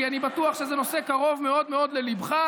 כי אני בטוח שזה נושא קרוב מאוד מאוד לליבך.